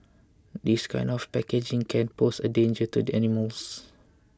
this kind of packaging can pose a danger to the animals